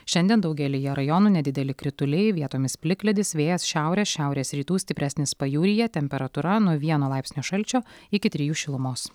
šiandien daugelyje rajonų nedideli krituliai vietomis plikledis vėjas šiaurės šiaurės rytų stipresnis pajūryje temperatūra nuo vieno laipsnio šalčio iki trijų šilumos